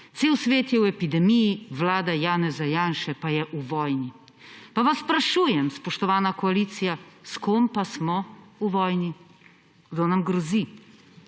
Cel svet je v epidemiji, vlada Janeza Janše pa je v vojni. Pa vas sprašujem, spoštovana koalicija, s kom pa smo v vojni. Kdo nam grozi?